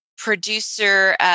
producer